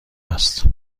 است